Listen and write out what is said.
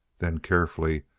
then, carefully,